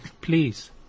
please